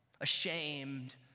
ashamed